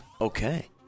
Okay